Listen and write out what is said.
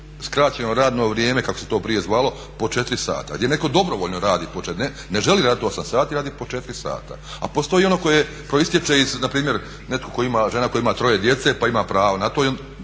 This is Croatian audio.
skraćeno radno vrijeme kako se to prije zvalo po četiri sata gdje netko dobrovoljno radi po 4, ne želi raditi 8 sati, radi po 4 sata. A postoji ono koje proistječe iz npr. netko tko ima, žena koja ima 3 djece pa ima pravo na to,